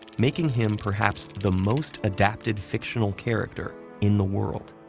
making him perhaps the most adapted fictional character in the world.